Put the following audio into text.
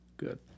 good